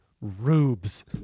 rubes